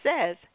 says